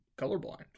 colorblind